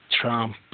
Trump